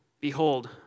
behold